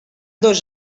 dos